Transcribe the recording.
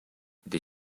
they